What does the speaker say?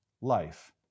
life